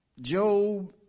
Job